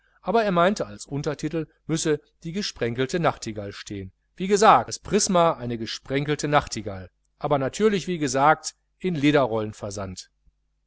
aber er meinte als untertitel müsse die gesprenkelte nachtigall stehen wie gesagt das prisma eine gesprenkelte nachtigall aber natürlich wie gesagt in lederrollen versandt